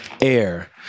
air